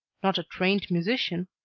not a trained musician,